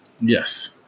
Yes